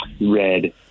red